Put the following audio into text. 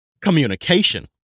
communication